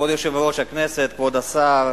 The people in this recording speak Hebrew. כבוד יושב-ראש הכנסת, כבוד השר,